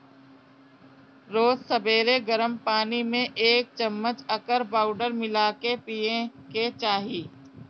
रोज सबेरे गरम पानी में एक चमच एकर पाउडर मिला के पिए के चाही